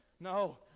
No